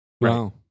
Wow